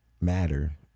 matter